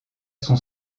son